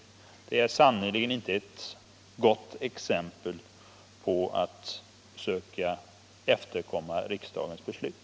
Ett sådant förfaringssätt utgör sannerligen inte något gott exempel när det gäller att efterkomma riksdagens beslut.